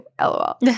lol